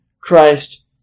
Christ